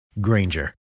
Granger